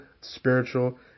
spiritual